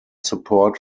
support